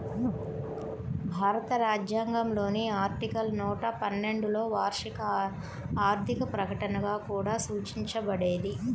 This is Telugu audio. భారత రాజ్యాంగంలోని ఆర్టికల్ నూట పన్నెండులోవార్షిక ఆర్థిక ప్రకటనగా కూడా సూచించబడేది